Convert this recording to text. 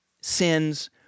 sins